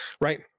right